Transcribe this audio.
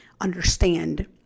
understand